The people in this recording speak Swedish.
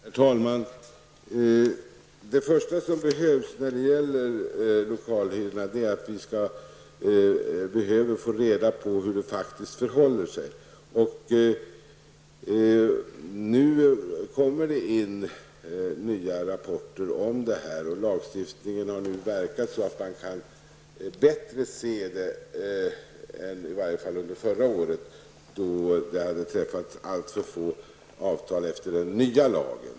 Herr talman! Det första som behövs är att vi får reda på hur det faktiskt förhåller sig med lokalhyrorna. Det kommer in nya rapporter om detta, och lagstiftningen har nu verkat så länge att man bättre kan se hur det förhåller sig än vad man kunde i varje fall under förra året, då det ännu hade träffats alltför få avtal enligt den nya lagen.